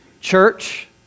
church